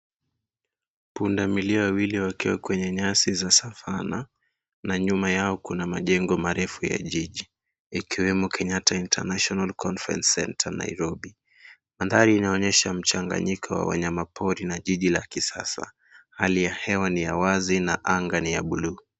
Pundamilia wawili wakiwa kwenye nyasi za savana na nyuma yao kuna majengo marefu ya jiji ikiwemo Kenyatta International Conference Centre Nairobi. Mandhari inaonyesha mchanganyiko wa wanyama pori na jiji la kisasa. Hali ya hewa ni ya wazi na anga ni ya bluu.